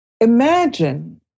imagine